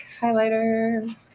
highlighter